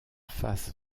face